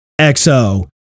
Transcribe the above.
XO